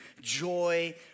joy